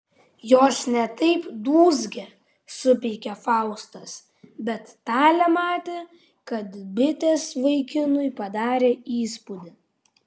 jos ne taip dūzgia supeikė faustas bet talė matė kad bitės vaikinui padarė įspūdį